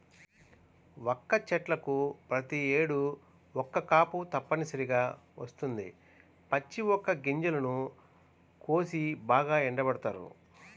వక్క చెట్లకు ప్రతేడు ఒక్క కాపు తప్పనిసరిగా వత్తది, పచ్చి వక్క గింజలను కోసి బాగా ఎండబెడతారు